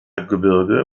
gebirge